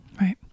Right